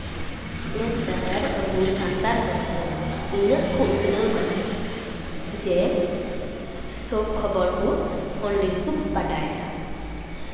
ᱱᱮᱛᱟᱨ ᱟᱵᱚ ᱥᱟᱱᱛᱟᱲ ᱦᱚᱲ ᱠᱚ ᱤᱱᱟᱹᱜ ᱠᱚ ᱩᱛᱱᱟᱹᱣ ᱠᱟᱱᱟ ᱡᱮ ᱥᱚᱵ ᱠᱷᱚᱵᱚᱨ ᱠᱚ ᱯᱷᱳᱱ ᱨᱮᱜᱮ ᱠᱚ ᱵᱟᱰᱟᱭᱫᱟ